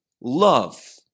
love